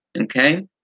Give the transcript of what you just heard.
Okay